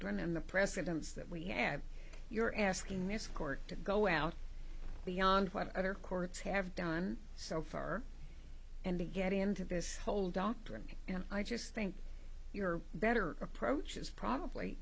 and the precedents that we have you're asking this court to go out beyond what other courts have done so far and to get into this whole doctrine and i just think you're better approach is probably